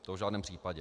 To v žádném případě.